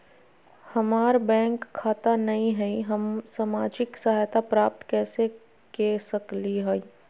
हमार बैंक खाता नई हई, हम सामाजिक सहायता प्राप्त कैसे के सकली हई?